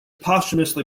posthumously